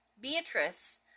Beatrice